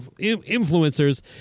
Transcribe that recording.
influencers